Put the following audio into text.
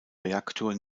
reaktor